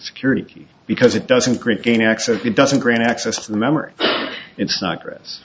security because it doesn't create gain access it doesn't grant access to the member it's not gr